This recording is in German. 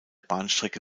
bahnstrecke